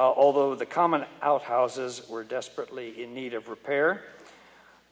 although the common out houses were desperately in need of repair